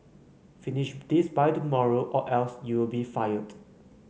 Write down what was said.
finish this by tomorrow or else you'll be fired